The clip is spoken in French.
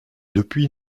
depuis